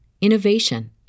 innovation